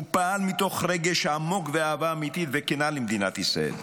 הוא פעל מתוך רגש עמוק ואהבה אמיתית וכנה למדינת ישראל.